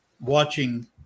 watching